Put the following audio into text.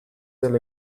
del